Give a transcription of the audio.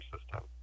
system